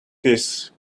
his